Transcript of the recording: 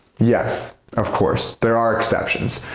yes, of course there are exceptions.